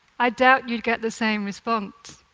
i doubt you'd get the same response,